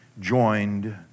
joined